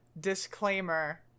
disclaimer